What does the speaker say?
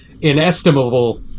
inestimable